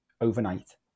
overnight